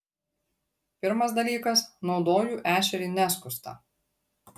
pirmas dalykas naudoju ešerį neskustą